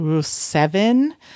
seven